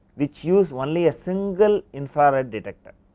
which use only a single infrared detector,